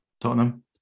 Tottenham